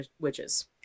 Witches